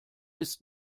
ist